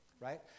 right